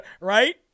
right